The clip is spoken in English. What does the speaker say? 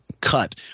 cut